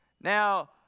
Now